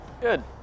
Good